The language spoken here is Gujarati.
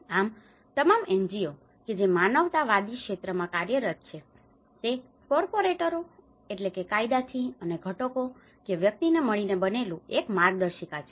આમ તમામ NGO એનજીઓ કે જે માનવતાવાદી ક્ષેત્રમાં કાર્યરત છે તે કોર્પોરેટરો corporate કાયદાથી અનેક ઘટકો કે વ્યક્તિ મળીને બનેલું માટે એક માર્ગદર્શિકા છે